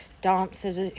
dancers